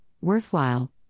worthwhile